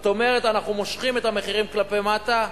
זאת אומרת, אנחנו מושכים את המחירים כלפי מטה,